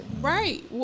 Right